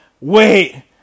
wait